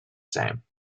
same